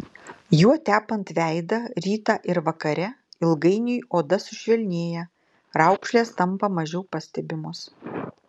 juo tepant veidą rytą ir vakare ilgainiui oda sušvelnėja raukšlės tampa mažiau pastebimos